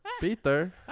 Peter